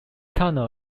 tunnel